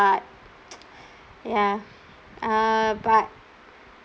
ya uh but